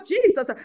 Jesus